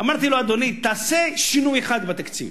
אמרתי לו: אדוני, תעשה שינוי אחד בתקציב,